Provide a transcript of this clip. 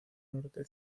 norte